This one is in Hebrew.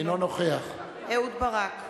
אינו נוכח אהוד ברק,